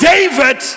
David